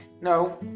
No